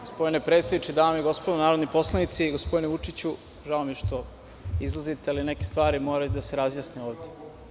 Gospodine predsednike, dame i gospodo narodni poslanici, gospodine Vučiću, žao mi je što izlazite, ali neke stvari moraju da se razjasne ovde.